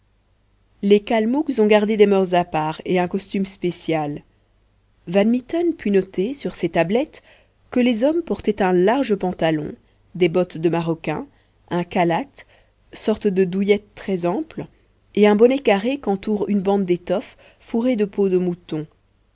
les kalmouks ont gardé des moeurs à part et un costume spécial van mitten put noter sur ses tablettes que les hommes portaient un large pantalon des bottes de maroquin une khalate sorte de douillette très ample et un bonnet carré qu'entoure une bande d'étoffe fourrée de peau de mouton